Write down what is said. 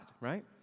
right